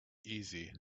easy